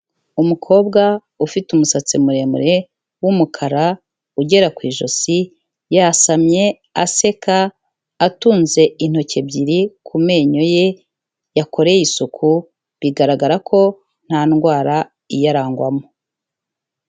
Umukobwa ufite umusatsi muremure w'umukara ugera ku ijosi, yasamye aseka atunze intoki ebyiri ku menyo ye yakoreye isuku, bigaragara ko nta ndwara iyarangwamo.